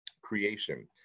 creation